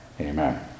amen